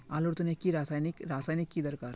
आलूर तने की रासायनिक रासायनिक की दरकार?